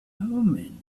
omen